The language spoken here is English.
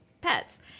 pets